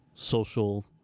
social